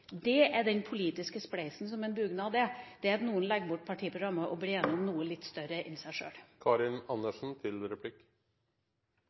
Den politiske spleisen som er en dugnad, er at noen legger bort partiprogrammet og blir enige om noe litt større enn seg sjøl.